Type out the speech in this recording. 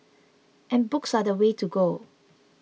and books are the way to go